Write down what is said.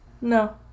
No